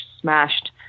smashed